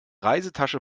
reisetasche